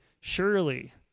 surely